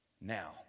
Now